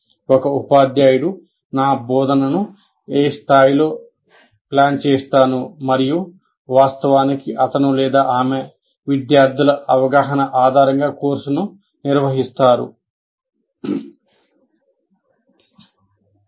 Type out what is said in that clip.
ఒక ఉపాధ్యాయుడు నా బోధనను ఏ స్థాయిలో ప్లాన్ చేస్తాను మరియు వాస్తవానికి అతని ఆమె విద్యార్థుల అవగాహన ఆధారంగా కోర్సును నిర్వహిస్తాను